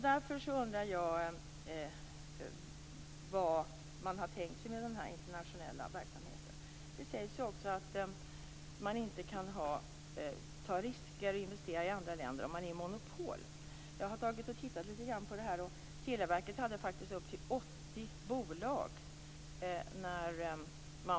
Därför undrar jag vad man har tänkt sig med denna internationella verksamhet. Det sägs ju också att man inte kan ta risker och investera i andra länder om man är ett monopol. Jag har tittat lite grann på detta och funnit att televerket faktiskt hade upp till 80 bolag.